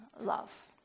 love